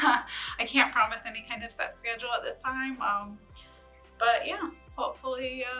but and can't promise any kind of set schedule at this time, um but yeah, hopefully, yeah